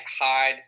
hide